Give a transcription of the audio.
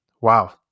wow